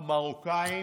המרוקאים,